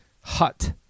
hut